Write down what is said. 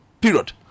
Period